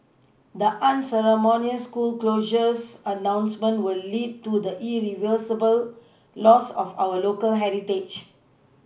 the unceremonious school closures announcement will lead to the irreversible loss of our local heritage